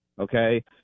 okay